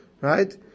right